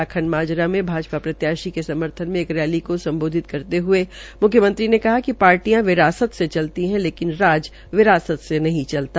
लाखन माजरा में भाजपा प्रत्याशी के समर्पण में एक रैली को सम्बोधित करते हये मुख्यमंत्री ने कहा कि पार्टियां विरासत से चलती है लेकिन राज विरासत मे नहीं चलता